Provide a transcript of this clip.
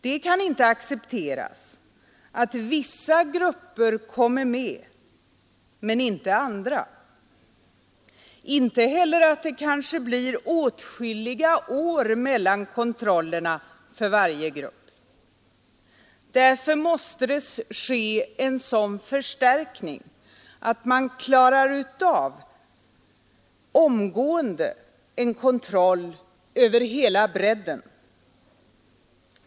Det kan inte accepteras att vissa grupper kommer med men inte andra, inte heller att det kanske blir åtskilliga år mellan kontrollerna för varje grupp. Därför måste det ske en sådan förstärkning att man klarar av, omgående, en kontroll över hela bredden.